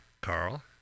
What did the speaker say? Carl